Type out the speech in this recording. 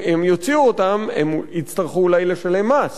אם הם יוציאו אותם, הם יצטרכו אולי לשלם מס.